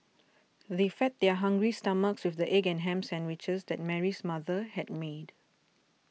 they fed their hungry stomachs with the egg and ham sandwiches that Mary's mother had made